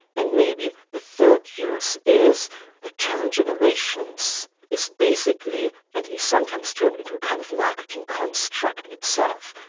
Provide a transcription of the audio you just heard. and maybe a third use is the term generations is basically at least sometimes turned into a kind of marketing construct itself.